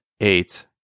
eight